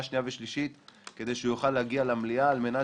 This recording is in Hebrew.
שנייה ושלישית כדי שהוא יוכל להגיע למליאה על מנת